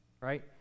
Right